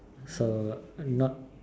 so not